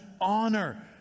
honor